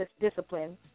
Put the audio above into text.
discipline